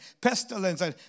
pestilence